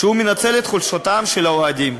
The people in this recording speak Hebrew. כשהוא מנצל את חולשתם של האוהדים.